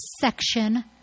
section